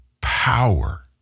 Power